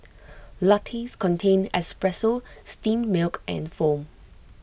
lattes contain espresso steamed milk and foam